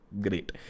Great